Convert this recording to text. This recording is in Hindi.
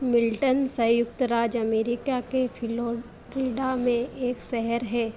मिल्टन संयुक्त राज्य अमेरिका के फिलोरिडा में एक शहर है